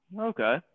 Okay